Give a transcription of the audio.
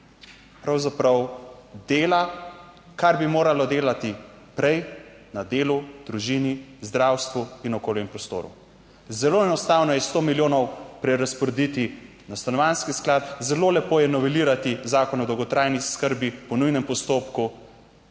pravzaprav dela, kar bi moralo delati prej, na delu, družini, zdravstvu in okolju in prostoru. Zelo enostavno je sto milijonov prerazporediti na Stanovanjski sklad. Zelo lepo je novelirati zakon o dolgotrajni oskrbi po nujnem postopku.